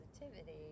positivity